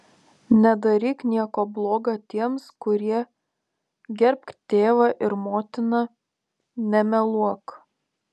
nedaryk nieko bloga tiems kurie gerbk tėvą ir motiną nemeluok